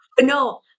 No